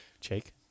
Jake